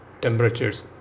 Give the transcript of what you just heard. temperatures